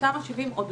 לזה לא